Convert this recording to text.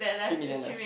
three million left